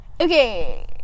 Okay